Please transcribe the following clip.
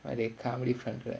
பழைய:palaiya comedy பண்ற:pandra